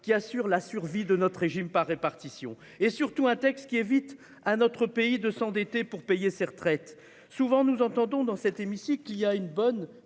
assure la survie de notre régime par répartition. Surtout, il évite à notre pays de s'endetter pour payer ses retraites. Souvent, nous entendons dans cet hémicycle qu'il y a une bonne